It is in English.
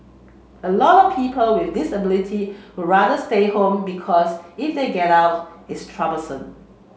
a lot of people with disability would rather stay home because if they get out it's troublesome